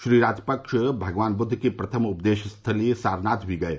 श्री राजपक्ष भगवान बुद्द की प्रथम उपदेश स्थली सारनाथ भी गये